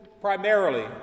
primarily